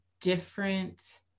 different